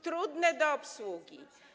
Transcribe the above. trudne do obsługi.